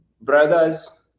brothers